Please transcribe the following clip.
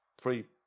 Three